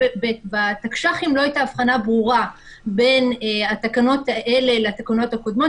בתקש"חים לא הייתה הבחנה ברורה בין התקנות האלה לתקנות הקודמות,